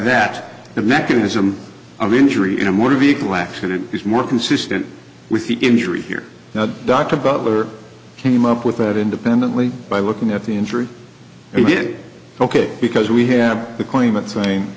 the mechanism of injury in a motor vehicle accident is more consistent with the injury here now dr butler came up with it independently by looking at the injury he did ok because we have the